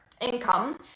income